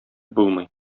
булмый